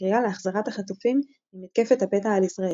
בקריאה להחזרת החטופים ממתקפת הפתע על ישראל.